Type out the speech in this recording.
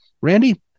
Randy